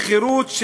בחירות,